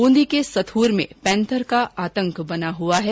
बूंदी के सथूर में पैंथर का आतंक बना हुआ है